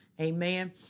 Amen